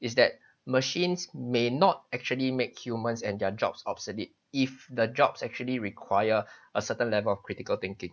is that machines may not actually make humans and their jobs obsolete if the jobs actually require a certain level of critical thinking